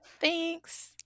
thanks